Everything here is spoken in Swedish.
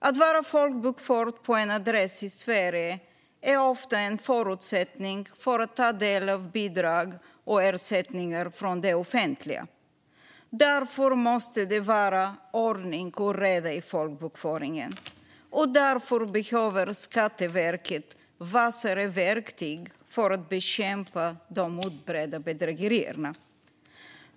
Att vara folkbokförd på en adress i Sverige är ofta en förutsättning för att få ta del av bidrag och ersättningar från det offentliga. Därför måste det vara ordning och reda i folkbokföringen, och därför behöver Skatteverket vassare verktyg för att bekämpa de utbredda bedrägerierna.